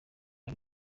ari